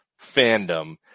fandom